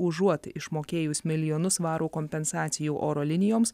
užuot išmokėjus milijonus svarų kompensacijų oro linijoms